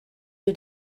you